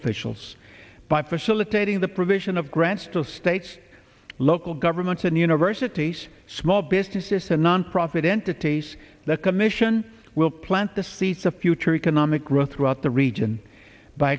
officials by facilitating the provision of grants to states local governments and universities small businesses and nonprofit entities the commission will plant the seeds of future economic growth throughout the region by